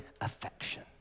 affection